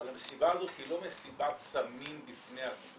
אבל המסיבה הזאת היא לא מסיבת סמים בפני עצמה.